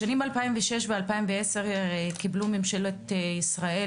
בשנים 2010-2006 קיבלה ממשלת ישראל,